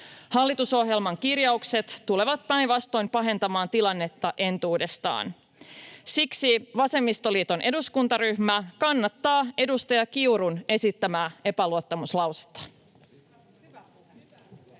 Hallitusohjelman kirjaukset tulevat päinvastoin pahentamaan tilannetta entuudestaan. Siksi vasemmistoliiton eduskuntaryhmä kannattaa edustaja Kiurun esittämää epäluottamuslausetta.